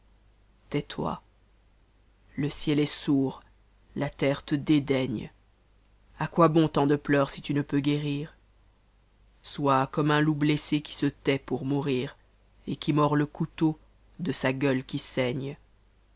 s tot le ciel est sourd la terre te deda gnp a quoi bon tant de pleurs si tu ne peux guérir sois comme un loup blesse qui se tait ponr mourh et qui mord le couteau de sa gueule qui satine